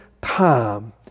time